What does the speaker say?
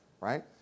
right